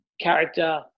character